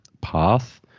path